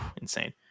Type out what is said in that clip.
insane